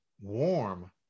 warm